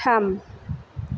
थाम